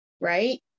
Right